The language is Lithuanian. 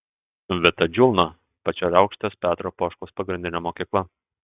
vita džiulna pačeriaukštės petro poškaus pagrindinė mokykla